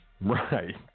Right